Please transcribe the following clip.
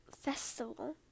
festival